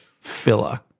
filler